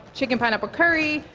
chicken pineapple curry.